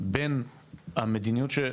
בין המדיניות,